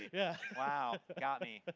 yeah wow, got me.